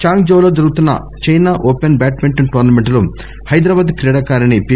దాంగ్ జౌలో జరుగుతున్న China open badminton టోర్సమెంట్లో హైదరాబాద్ క్రీడాకారిణి పి